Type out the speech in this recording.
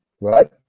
Right